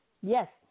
Yes